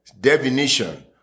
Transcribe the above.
definition